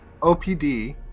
OPD